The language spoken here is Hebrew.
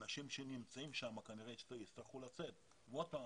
שהאנשים שנמצאים שם כנראה יצטרכו לצאת והנה,